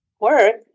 work